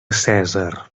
cèsar